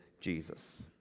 Jesus